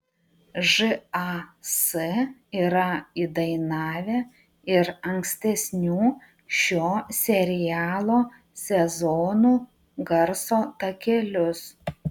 žas yra įdainavę ir ankstesnių šio serialo sezonų garso takelius